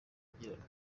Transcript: tugirana